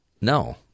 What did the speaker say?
No